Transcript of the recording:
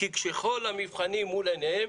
כי כשכל המבחנים מול עיניהן